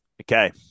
Okay